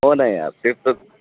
हो ना या तेच तर